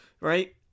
Right